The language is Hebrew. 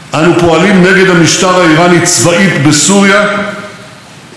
אנו פועלים נגדם גם בימים אלה ממש.